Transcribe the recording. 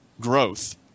growth